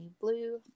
blue